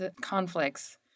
conflicts